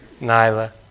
Nyla